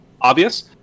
obvious